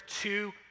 two